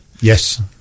Yes